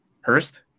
Hurst